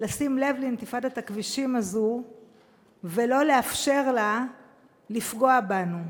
לשים לב לאינתיפאדת הכבישים הזאת ולא לאפשר לה לפגוע בנו.